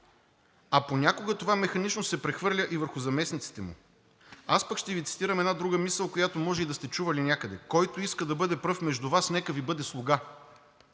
а понякога това механично се прехвърля и върху заместниците му. Аз пък ще Ви цитирам една друга мисъл, която може и да сте чували някъде: „Който иска да бъде пръв между Вас, нека Ви бъде слуга.“